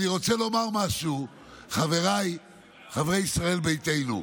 חבריי חברי ישראל ביתנו,